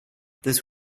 this